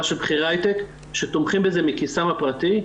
של בכירי הייטק שתומכים בזה מכיסם הפרטי.